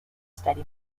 steady